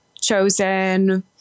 chosen